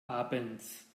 abends